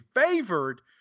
favored